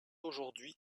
aujourd’hui